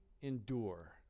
endure